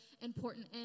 important